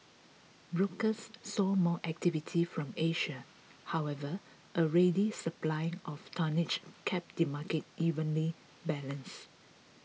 brokers saw more activity from Asia however a ready supply of tonnage kept the market evenly balanced